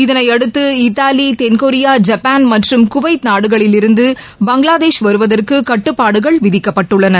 இதனையடுத்து இத்தாலி தென்கொரியா ஜப்பான் மற்றும் குவைத் நாடுகளில் இருந்து பங்ளாதேஷ் வருவதற்கு கட்டுப்பாடுகள் விதிக்கப்பட்டுள்ளன